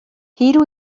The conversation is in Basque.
hiru